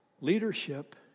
Leadership